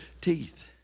teeth